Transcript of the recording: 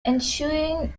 ensuing